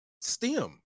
STEM